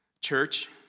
Church